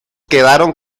quedaron